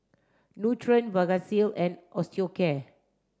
Nutren Vagisil and Osteocare